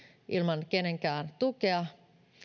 ilman kenenkään tukea